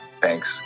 Thanks